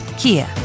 Kia